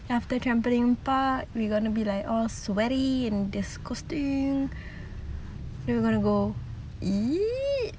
after trampoline park we're going to be all sweaty and disgusting we're going to go eat